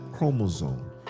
Chromosome